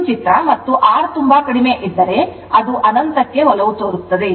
ಇದು ಚಿತ್ರ ಮತ್ತು R ತುಂಬಾ ಕಡಿಮೆಯಿದ್ದರೆ ಅದು ಅನಂತಕ್ಕೆ ಒಲವು ತೋರುತ್ತದೆ